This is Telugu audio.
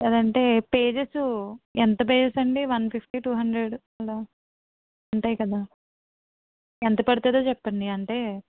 లేదంటే పేజెస్ ఎంత పేజెస్ అండి వన్ ఫిఫ్టీ టూ హండ్రెడ్ అలా ఉంటాయి కదా ఎంత పడుతుంది చెప్పండి అంటే